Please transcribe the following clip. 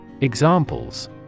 Examples